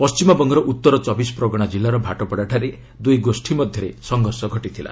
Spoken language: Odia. ପଣ୍ଟିମବଙ୍ଗର ଉତ୍ତର ଚବିଶ ପ୍ରଗଣା ଜିଲ୍ଲାର ଭାଟପଡ଼ାଠାରେ ଦୁଇ ଗୋଷ୍ଠୀ ମଧ୍ୟରେ ସଂଘର୍ଷ ଘଟିଥିଲା